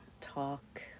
talk